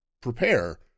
prepare